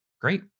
great